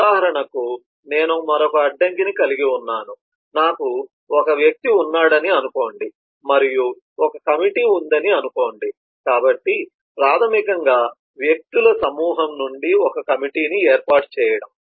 ఉదాహరణకు నేను మరొక అడ్డంకిని కలిగి ఉన్నాను నాకు ఒక వ్యక్తి ఉన్నాడని అనుకోండి మరియు ఒక కమిటీ ఉందని అనుకోండి కాబట్టి ప్రాథమికంగా వ్యక్తుల సమూహం నుండి ఒక కమిటీని ఏర్పాటు చేయడం